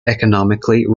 economically